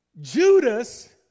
Judas